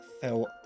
fell